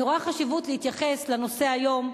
אני רואה חשיבות להתייחסות לנושא היום,